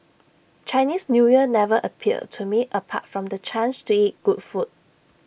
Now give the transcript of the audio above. Chinese New Year never appealed to me apart from the chance to eat good food